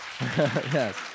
Yes